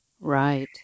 Right